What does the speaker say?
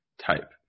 type